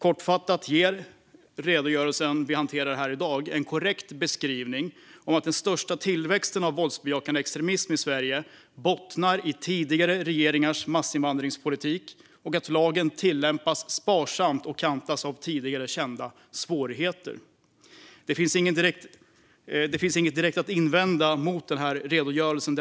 Kortfattat ger redogörelsen vi hanterar här i dag en korrekt beskrivning av att den största tillväxten av våldsbejakande extremism i Sverige bottnar i tidigare regeringars massinvandringspolitik och att lagen tillämpas sparsamt och kantas av tidigare kända svårigheter. Det finns inget direkt att invända mot redogörelsen.